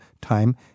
time